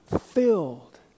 filled